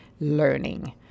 learning